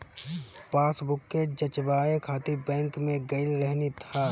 passbook के जचवाए खातिर बैंक में गईल रहनी हअ